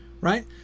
right